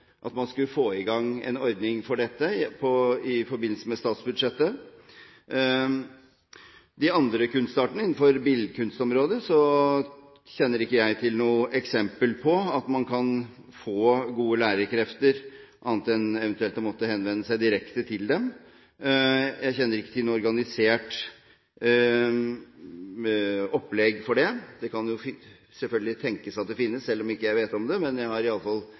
at man skulle få i gang en ordning for dette i forbindelse med statsbudsjettet. Når det gjelder de andre kunstartene, innenfor billedkunstområdet, kjenner jeg ikke til noe eksempel på at man kan få gode lærerkrefter, annet enn eventuelt å måtte henvende seg direkte til dem. Jeg kjenner ikke til noe organisert opplegg for det. Det kan jo selvfølgelig tenkes at det finnes, selv om jeg ikke vet om det, men jeg har